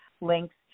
links